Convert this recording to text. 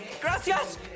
Gracias